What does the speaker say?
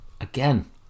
again